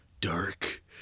dark